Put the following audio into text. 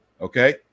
okay